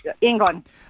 England